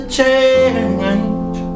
change